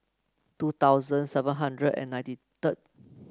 two thousand seven hundred and ninety thrird